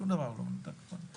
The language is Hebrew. שום דבר לא מנותק מקונטקסט.